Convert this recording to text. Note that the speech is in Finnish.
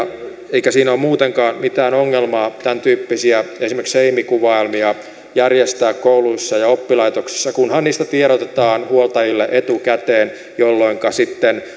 eikä siinä ole muutenkaan mitään ongelmaa tämäntyyppisiä esimerkiksi seimikuvaelmia järjestää kouluissa ja oppilaitoksissa kunhan niistä tiedotetaan huoltajille etukäteen jolloinka sitten